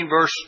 verse